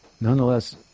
nonetheless